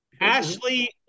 ashley